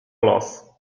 los